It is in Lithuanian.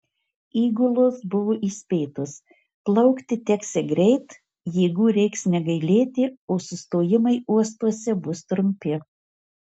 įgulos buvo įspėtos plaukti teksią greit jėgų reiks negailėti o sustojimai uostuose bus trumpi